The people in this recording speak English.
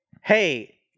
Hey